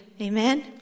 Amen